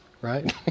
right